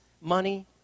money